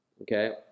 Okay